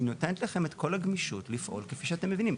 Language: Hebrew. היא נותנת לכם את כל הגמישות לפעול כפי שאתם מבינים.